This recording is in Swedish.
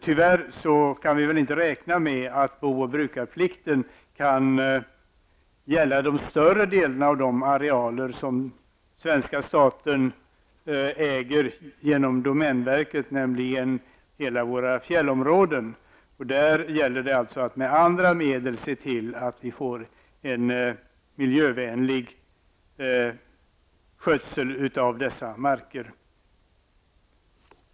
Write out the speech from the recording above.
Tyvärr kan vi inte räkna med att bo och brukarplikten kan gälla de större delarna av de arealer som svenska staten äger genom domänverket, nämligen alla våra fjällområden. Det gäller att med andra medel se till att vi får en miljövänlig skötsel av dessa marker.